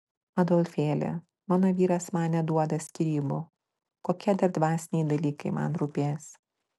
adolfėli mano vyras man neduoda skyrybų kokie dar dvasiniai dalykai man rūpės